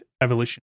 evolution